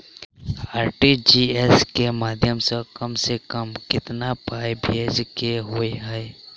RTGS केँ माध्यम सँ कम सऽ कम केतना पाय भेजे केँ होइ हय?